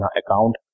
account